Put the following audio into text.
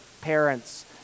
parents